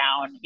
down